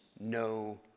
no